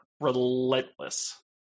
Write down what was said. relentless